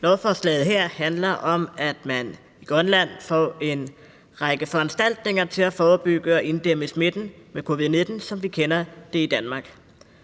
Lovforslaget her handler om, at man i Grønland får en række foranstaltninger til at forebygge og inddæmme smitten med covid-19, som vi kender det i Danmark.